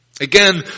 Again